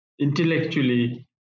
intellectually